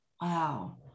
Wow